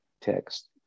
text